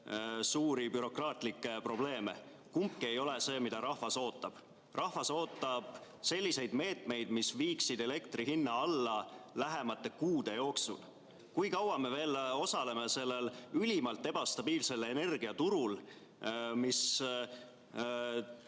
suuri bürokraatlikke probleeme. Kumbki ei ole see, mida rahvas ootab. Rahvas ootab selliseid meetmeid, mis viiksid elektri hinna alla lähemate kuude jooksul. Kui kaua me veel osaleme sellel ülimalt ebastabiilsel energiaturul, mis